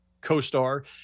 co-star